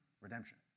redemption